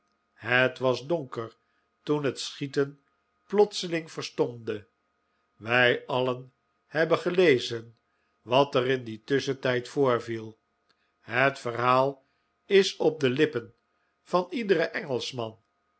het was donker toen het schieten plotseling verstomde wij alien hebben gelezen wat er in dien tusschentijd voorviel het verhaal is op de lippen van iederen engelschman